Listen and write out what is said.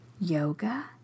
Yoga